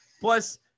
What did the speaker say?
Plus